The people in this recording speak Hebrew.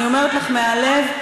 אני אומרת לך מהלב,